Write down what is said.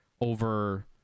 over